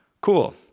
Cool